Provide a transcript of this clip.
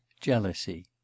jealousy